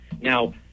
Now